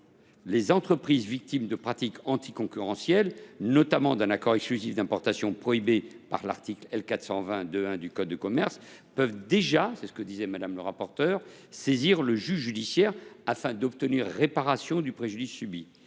les entreprises victimes de pratiques anticoncurrentielles, notamment d’un accord exclusif d’importation prohibé par l’article L. 420 2 1 du code de commerce, peuvent déjà, comme le disait Mme le rapporteur, saisir le juge judiciaire afin d’obtenir réparation du préjudice subi.